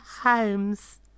homes